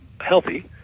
healthy